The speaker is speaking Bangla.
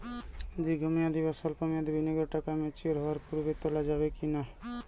দীর্ঘ মেয়াদি বা সল্প মেয়াদি বিনিয়োগের টাকা ম্যাচিওর হওয়ার পূর্বে তোলা যাবে কি না?